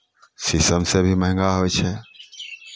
शीशमसँ भी महंगा होइ छै